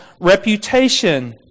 reputation